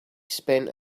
spent